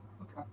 Okay